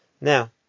Now